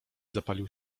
zapalił